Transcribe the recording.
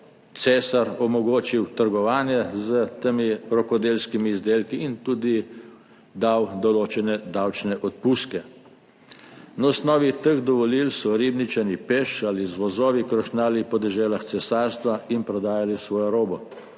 cesar omogočil trgovanje s temi rokodelskimi izdelki in tudi dal določene davčne odpustke. Na osnovi teh dovolil so Ribničani peš ali z vozovi krošnjali po deželah cesarstva in prodajali svojo robo.